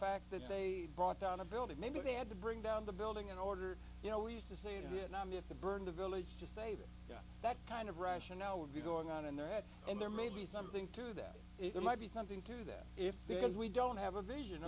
fact that they brought down a building maybe they had to bring down the building in order you know we used to say do it now and if the burn the village to save it that kind of rationale would be going on in their head and there may be something to that it might be something to that if because we don't have a vision